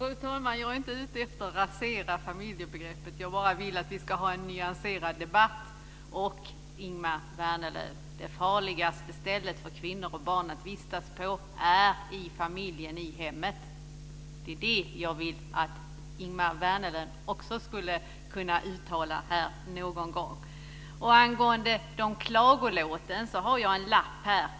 Fru talman! Jag är inte ute efter att rasera familjebegreppet. Jag vill bara att vi ska ha en nyanserad debatt. Och, Ingemar Vänerlöv, det farligaste stället för kvinnor och barn att vistas på är hemmet, hos familjen. Det är det som jag vill att Ingemar Vänerlöv också ska kunna uttala här någon gång. Angående klagolåten har jag en lapp här.